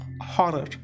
horror